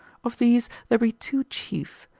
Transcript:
of these there be two chief,